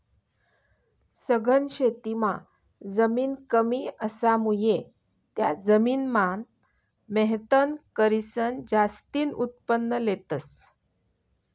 सघन शेतीमां जमीन कमी असामुये त्या जमीन मान मेहनत करीसन जास्तीन उत्पन्न लेतस